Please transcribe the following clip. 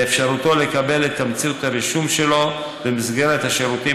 באפשרותו לקבל את תמצית הרישום שלו במסגרת השירותים